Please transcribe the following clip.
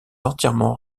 entièrement